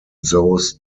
those